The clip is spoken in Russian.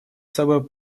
собой